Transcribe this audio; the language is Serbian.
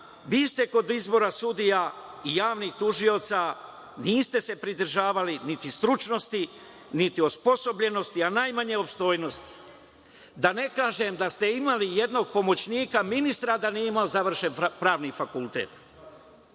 vi se kod izbora sudija i javnih tužilaca niste pridržavali niti stručnosti niti osposobljenosti, a najmanje opstojanosti, da ne kažem da ste imali jednog pomoćnika ministra a da nije imao završen Pravni fakultet.